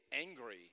angry